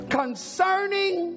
concerning